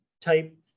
type